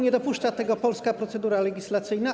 nie dopuszcza tego polska procedura legislacyjna.